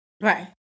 Right